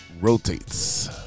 rotates